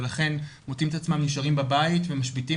ולכן מוצאים את עצמם יושבים בבית ומשביתים